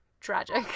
Tragic